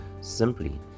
simply